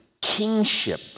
kingship